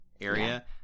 area